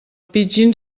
pidgin